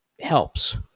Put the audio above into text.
helps